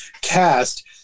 cast